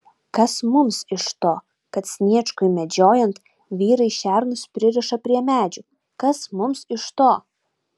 kas mums iš to kad sniečkui medžiojant vyrai šernus pririša prie medžių kas mums iš to